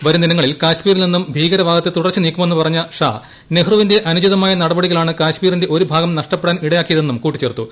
വരും ദിനങ്ങളിൽ കാശ്മീരിൽ നിന്നും ഭീകര വാദത്തെ തുടച്ചു നീക്കുമെന്ന് പറഞ്ഞ ഷാ നെഹ്റുവിന്റെ അനുചിതമായ നടപടികളാണ് കാശ്മീരിന്റെ ഒരു ഭാഗം നഷ്ടപ്പെടാൻ ഇടയാക്കിയതെന്ന് കൂട്ടിച്ചേർത്തു